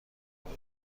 بود